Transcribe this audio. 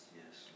yes